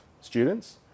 students